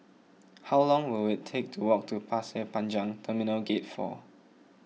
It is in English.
how long will it take to walk to Pasir Panjang Terminal Gate four